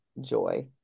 joy